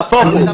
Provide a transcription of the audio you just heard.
נהפוך הוא.